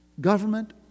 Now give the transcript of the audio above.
government